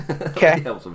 Okay